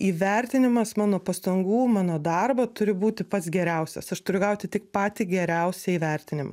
įvertinimas mano pastangų mano darbo turi būti pats geriausias aš turiu gauti tik patį geriausią įvertinimą